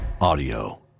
Audio